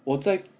我在